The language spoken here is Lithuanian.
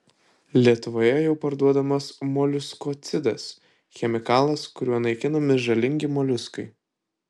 lietuvoje jau parduodamas moliuskocidas chemikalas kuriuo naikinami žalingi moliuskai